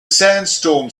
sandstorm